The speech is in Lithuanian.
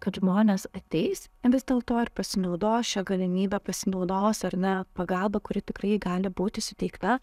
kad žmonės ateis in vis dėlto ir pasinaudos šia galimybe pasinaudos ar ne pagalba kuri tikrai gali būti suteikta